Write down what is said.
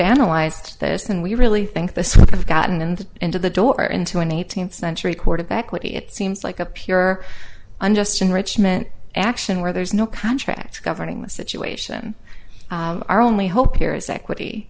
analyzed this and we really think the sort of gotten in the into the door into an eighteenth century quarterback what it seems like a pure unjust enrichment action where there's no contract governing the situation our only hope here is equity